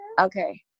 Okay